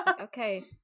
Okay